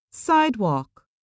Sidewalk